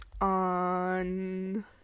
on